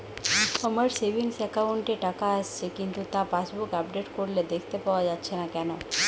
আমার savings account এ টাকা আসছে কিন্তু তা পাসবুক আপডেট করলে দেখতে পাওয়া যাচ্ছে না কেন?